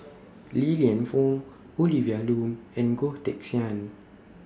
Li Lienfung Olivia Lum and Goh Teck Sian